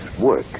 work